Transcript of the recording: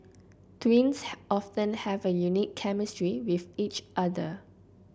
twins often have a unique chemistry with each other